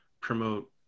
promote